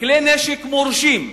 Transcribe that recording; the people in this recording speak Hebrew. מכלי נשק מורשים,